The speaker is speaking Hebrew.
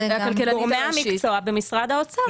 גורמי המקצוע במשרד האוצר.